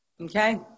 Okay